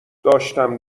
داشتم